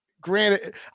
granted